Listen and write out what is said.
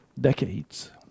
decades